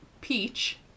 peach